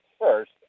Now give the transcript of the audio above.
first